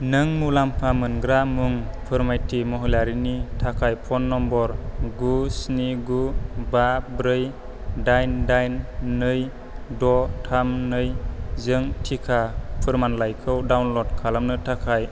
नों मुलाम्फा मोनग्रा मुं फोरमाइथि महिलारिनि थाखाय फ'न नम्बर गु स्नि गु बा ब्रै दाइन दाइन नै द' थाम नैजों टिका फोरमानलाइखौ डाउनल'ड खालामनो थाखाय